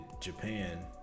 japan